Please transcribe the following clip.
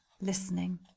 listening